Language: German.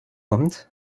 kommt